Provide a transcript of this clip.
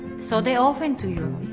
so, they open to you,